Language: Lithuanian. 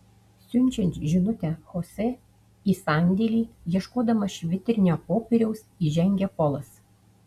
siunčiant žinutę chosė į sandėlį ieškodamas švitrinio popieriaus įžengia polas